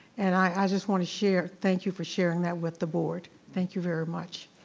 and i just wanna share, thank you for sharing that with the board. thank you very much.